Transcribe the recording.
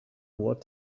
what